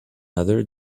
other